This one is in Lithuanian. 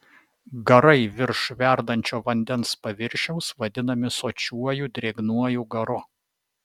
garai virš verdančio vandens paviršiaus vadinami sočiuoju drėgnuoju garu